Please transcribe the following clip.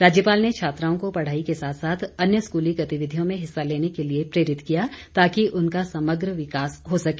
राज्यपाल ने छात्राओं को पढ़ाई के साथ साथ अन्य स्कूली गतिविधियों में हिस्सा लेने के लिए प्रेरित किया ताकि उनका समग्र विकास हो सके